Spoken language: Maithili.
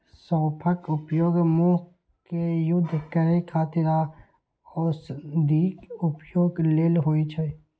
सौंफक उपयोग मुंह कें शुद्ध करै खातिर आ औषधीय उपयोग लेल होइ छै